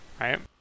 right